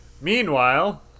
Meanwhile